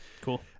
cool